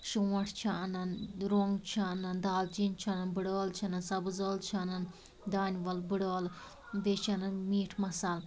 شونٛٹھ چھِ انان رۄنٛگ چھِ انان دالچیٖن چھِ انان بڑٕ ٲلہٕ چھِ انان سبٕز ٲلہٕ چھِ انان دانہِ وَل بڑٕ ٲلہٕ بیٚیہِ چھِ انان میٖٹ مصالہٕ